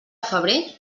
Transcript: febrer